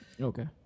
Okay